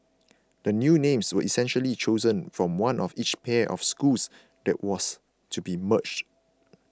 the new names were essentially chosen from one of each pair of schools that was to be merged